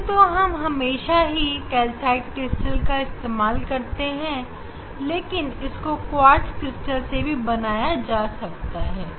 वैसे तो हम हमेशा कैल्साइट क्रिस्टल का इस्तेमाल करते हैं लेकिन इसको क्वार्ट्ज क्रिस्टल से भी बनाया जा सकता है